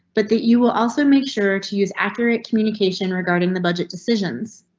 but that you will also make sure to use accurate communication regarding the budget decisions.